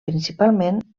principalment